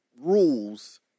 rules